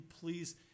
please